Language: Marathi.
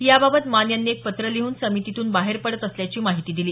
याबाबत मान यांनी एक पत्र लिहून समितीतून बाहेर पडत असल्याची माहिती दिली